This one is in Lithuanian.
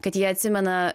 kad jie atsimena